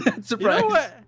Surprise